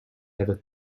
ever